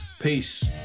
Peace